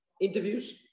interviews